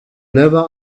never